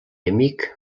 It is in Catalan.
amic